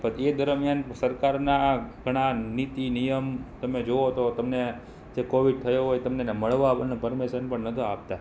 પછી એ દરમિયાન સરકારના ઘણા નીતિ નિયમ તમે જોવો તો તમને જે કોવીડ થયો હોય તમને મળવા આપણને પરમિશન પણ નહોતા આપતા